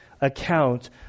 account